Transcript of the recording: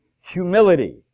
humility